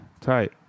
Tight